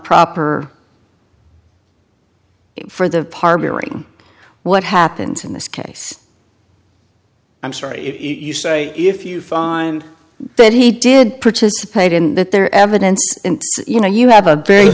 proper for the partnering what happens in this case i'm sorry you say if you find that he did participate in that their evidence and you know you have a very